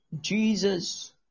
Jesus